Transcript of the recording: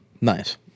Nice